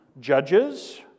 judges